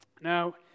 Now